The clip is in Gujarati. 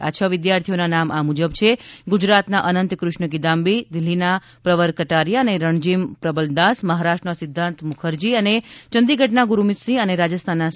આ છ વિદ્યાર્થીઓના નામ આ મુજબ છે ગુજરાતના અનંત કૃષ્ણ કિદામ્બી દિલ્ફીના પ્રર્વર કટારીયા અને રણજીમ પ્રબલદાસ મહારાષ્ટ્રના સિધ્ધાન્ત મુખરજી ચંદીગઢના ગુરમિતસિંહ અને રાજસ્થાનના સાકેત ઝા